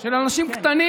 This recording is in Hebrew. של אנשים קטנים,